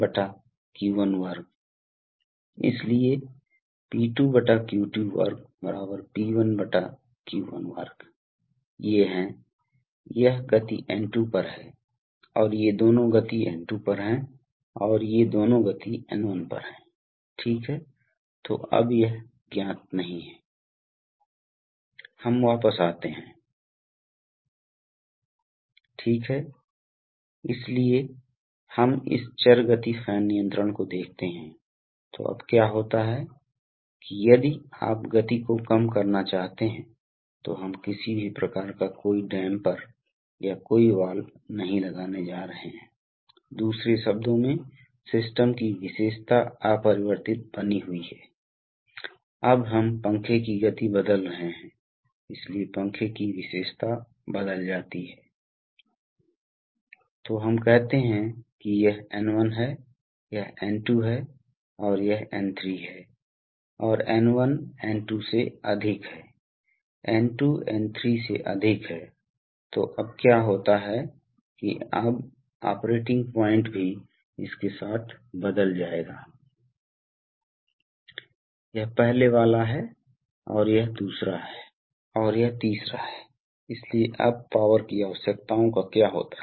तो दबाव रेगुलेटर् वास्तव में इन दो कार्यों को करता है यह पहले दबाव के स्तर को परिवर्तित करता है और दूसरा यह दबाव को स्थिर रखता है दूसरा जैसा कि मैंने कहा कि हमें लुब्रिकेशन की आवश्यकता है इसलिए लुब्रिकेशन की आवश्यकता है क्योंकि मैंने कहा था कि सेल्फ लुब्रिकेशन की निराशा दूसरी वजह सील्स की जकड़न आप घर्षण को बढ़ाते हैं इसलिए लुब्रिकेशन स्पष्ट लुब्रिकेशन आवश्यक है और हमें एयर फिल्टरिंग की भी बहुत आवश्यकता है क्योंकि हम वातावरण से हवा चूस रहे हैं जिसमें कई कई पार्टिकुलेट मामले हैं और जो उपकरण के अंदर बंद हो रहे हैं और उसके बाद रखरखाव की समस्याओं का कारण बनता है आप जानते हैं कि सीलिंग बढ़े हुए घर्षण आदि के मामले में इसलिए हमें इनकी देखभाल करने के लिए उपकरणों की आवश्यकता है इसलिए एक रेगुलेटर् का उपयोग दबाव को एक स्तर तक छोड़ने के लिए किया जाता है जो एक मशीन के लिए उपयुक्त है और यह मशीन तक पहुंचने के लिए वायु वितरण डक पर दबाव में उतार चढ़ाव को रोकता है और आमतौर पर रेगुलेटर् सेटिंग्स के लिए सेटिंग्स समायोजित कर सकता है और यह इस अर्थ में आत्मनिर्भर है कि यदि दबाव मेरा मतलब है कि अगर बहुत अधिक इनलेट दबाव है तो यह आम तौर पर उस दबाव से छुटकारा दिलाता है